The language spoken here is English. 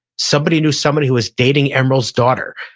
somebody knew somebody who was dating emeril's daughter?